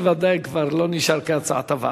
זה ודאי כבר לא נשאר כהצעת הוועדה.